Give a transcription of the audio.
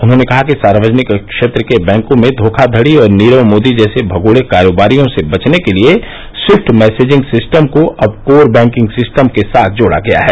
उन्होंने कहा कि सार्वजनिक क्षेत्र के बैंकों में धोखाधड़ी और नीरव मोदी जैसे भगोड़े कारोबारियों से बचने के लिए स्विफ्ट मैसेजिंग सिस्टम को अब कोर बैंकिंग सिस्टम से साथ जोड़ा गया है